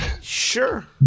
Sure